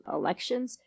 elections